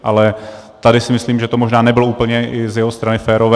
Ale tady si myslím, že to možná nebylo úplně z jeho strany férové.